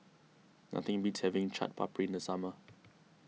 nothing beats having Chaat Papri in the summer